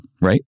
right